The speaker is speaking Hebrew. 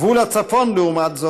גבול הצפון, לעומת זאת,